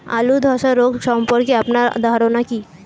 আলু ধ্বসা রোগ সম্পর্কে আপনার ধারনা কী?